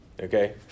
Okay